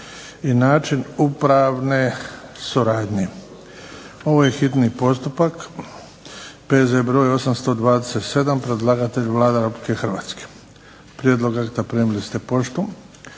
čitanje, P.Z. br. 827. Ovo je hitni postupak P.z. br. 827. Predlagatelj Vlada Republike Hrvatske. Prijedlog akta primili ste poštom.